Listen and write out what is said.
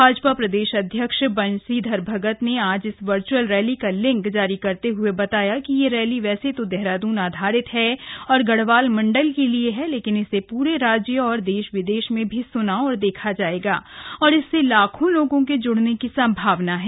भाजपा प्रदेश अध्यक्ष बंसीधर भगत ने आज इस वर्चुअल रैली का लिंक जारी करते हुये बताया कि यह रैली वैसे तो देहरादून आधरित है और गढ़वाल मण्डल के लिए है लेकिन इसे पूरे राज्य और देश विदेश में भी सुना और देखा जाएगा और इससे लाखों लोगों के जुड़ने की सम्भावना है